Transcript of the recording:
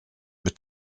mit